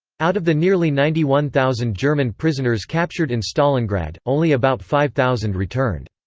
out of the nearly ninety one thousand german prisoners captured in stalingrad, only about five thousand returned.